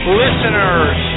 listeners